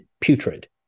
putrid